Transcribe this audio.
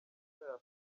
isura